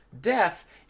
Death